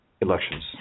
elections